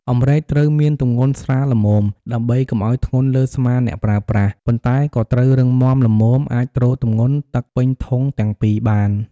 អម្រែកត្រូវមានទម្ងន់ស្រាលល្មម ដើម្បីកុំឱ្យធ្ងន់លើស្មាអ្នកប្រើប្រាស់ ប៉ុន្តែក៏ត្រូវរឹងមាំល្មមអាចទ្រទម្ងន់ទឹកពេញធុងទាំងពីរបាន។